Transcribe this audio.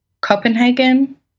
copenhagen